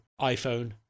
iPhone